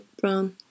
brown